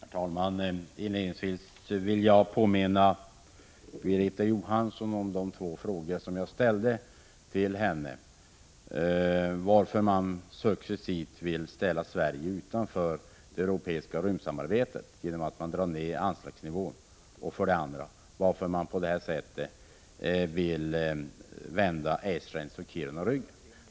Herr talman! Inledningsvis vill jag påminna Birgitta Johansson om de två frågor jag ställde till henne. För det första: Varför vill man successivt ställa Sverige utanför det europeiska rymdsamarbetet genom att dra ned anslagsnivån? För det andra: Varför vill man på det här sättet vända Esrange och Kiruna ryggen?